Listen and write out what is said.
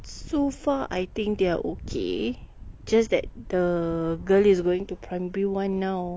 so far I think they're okay just that the girl is going to primary one now